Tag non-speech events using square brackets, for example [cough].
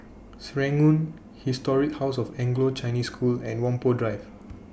[noise] Serangoon Historic House of Anglo Chinese School and Whampoa Drive